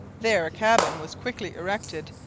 there a cabin was quickly erected,